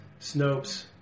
Snopes